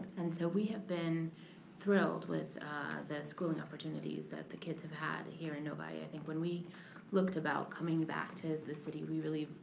and so we have been thrilled with the schooling opportunities that the kids have had here in novi. i think when we looked about coming back to the city, we really,